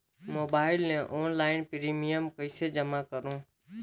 Mobile ले online premium कइसे जमा करों?